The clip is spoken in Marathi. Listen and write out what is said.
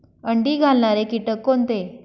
अंडी घालणारे किटक कोणते?